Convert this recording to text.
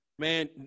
Man